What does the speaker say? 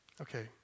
Okay